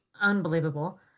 unbelievable